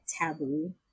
taboo